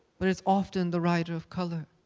but it's often the writer of color,